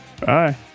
Bye